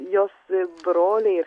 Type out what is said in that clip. jos broliai ir